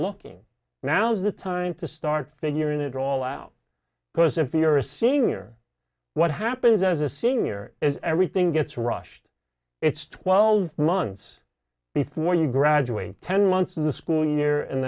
looking now's the time to start figuring it all out because if you're a senior what happens as a senior as everything gets rushed it's twelve months before you graduate ten months of the school year and